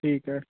ठीकु आहे